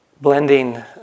Blending